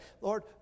Lord